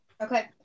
okay